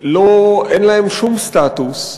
שאין להם שום סטטוס,